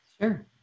sure